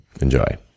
Enjoy